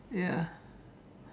ya